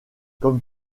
comme